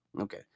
Okay